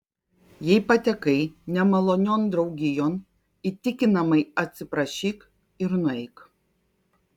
jei patekai nemalonion draugijon įtikinamai atsiprašyk ir nueik